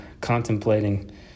contemplating